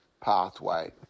pathway